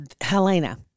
Helena